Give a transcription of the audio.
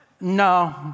No